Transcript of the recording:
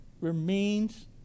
remains